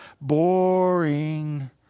boring